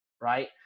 right